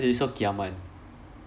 they so giam [one]